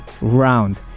round